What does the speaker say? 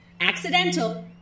accidental